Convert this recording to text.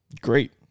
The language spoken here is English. Great